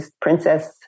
princess